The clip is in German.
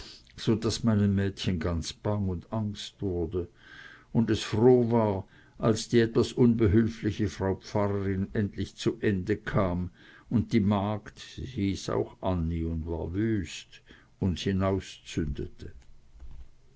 so daß meinem mädchen ganz bang und angst wurde und es froh war als die etwas unbehülfliche frau pfarrerin endlich zu ende kam und die magd sie hieß auch anni und war